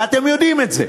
ואתם יודעים את זה.